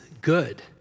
good